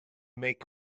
make